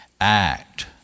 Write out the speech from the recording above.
act